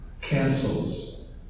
cancels